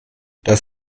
das